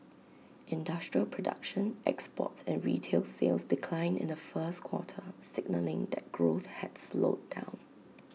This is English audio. industrial production exports and retail sales declined in the first quarter signalling that growth had slowed down